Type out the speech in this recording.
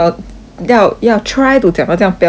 要要 try to 讲到这样标准的